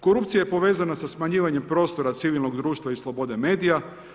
Korupcija je povezana sa smanjivanjem prostora civilnog društva i slobode medija.